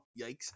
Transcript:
Yikes